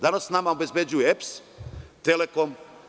Danas nama obezbeđuju EPS, „Telekom“